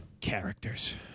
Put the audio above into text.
Characters